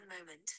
moment